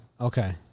Okay